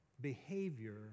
Behavior